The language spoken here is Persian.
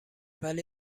ولی